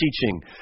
teaching